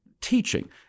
teaching